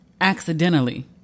Accidentally